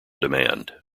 demand